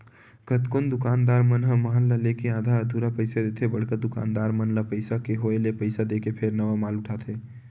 कतकोन दुकानदार मन ह माल ल लेके आधा अधूरा पइसा देथे बड़का दुकानदार मन ल पइसा के होय ले पइसा देके फेर नवा माल उठाथे